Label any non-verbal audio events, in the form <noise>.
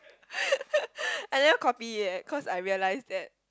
<laughs> I never copy eh cause I realise that